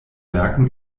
werken